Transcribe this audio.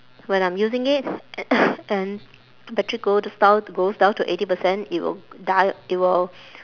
when I'm using it and battery goes down goes down to eighty percent it will die it will